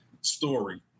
story